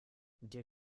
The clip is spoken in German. dir